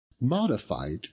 modified